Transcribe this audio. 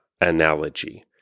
analogy